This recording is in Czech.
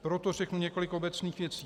Proto řeknu několik obecných věcí.